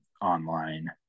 online